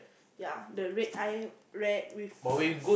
ya the red eye rat with err